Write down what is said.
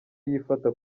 yifata